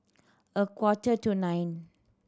a quarter to nine